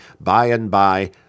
by-and-by